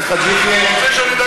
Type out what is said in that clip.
מה אתה מפחד?